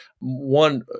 One